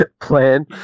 plan